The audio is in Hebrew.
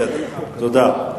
תודה.